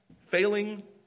failing